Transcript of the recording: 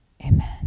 Amen